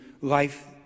life